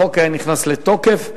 החוק היה נכנס לתוקף,